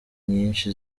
nyinshi